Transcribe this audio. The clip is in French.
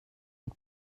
les